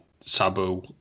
Sabu